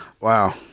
Wow